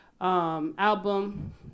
album